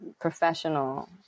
professional